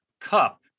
cup